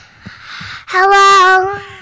hello